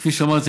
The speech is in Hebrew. כפי שאמרתי,